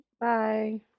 bye